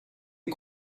est